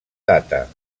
data